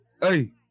Hey